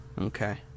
okay